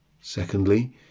Secondly